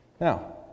Now